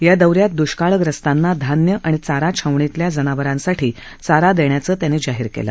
या दौ यात द्रष्काळग्रस्तांना धान्य आणि चारा छावणीतल्या जनावरांसाठी चारा देण्याचं त्यांनी जाहीर केलं